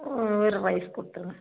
ஒரு ரைஸ் கொடுத்துருங்க